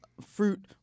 Fruit